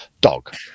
dog